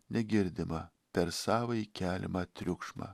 negirdima per savąjį keliamą triukšmą